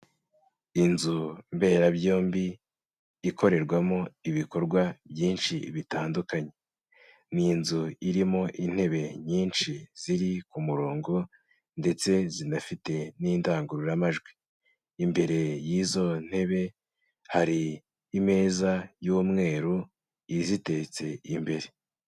Inzu mberabyombi ikorerwamo ibikorwa byinshi bitandukanye, ni inzu irimo intebe nyinshi ziri ku murongo ndetse zinafite n'indangururamajwi, imbere y'izo ntebe hari imeza y'umweru iziteretse imbere.